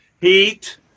heat